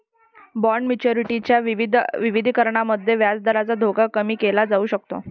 bond maturity च्या विविधीकरणाद्वारे व्याजदराचा धोका कमी केला जाऊ शकतो